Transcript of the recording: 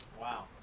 Wow